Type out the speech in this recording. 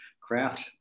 craft